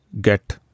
get